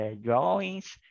drawings